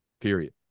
period